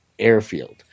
airfield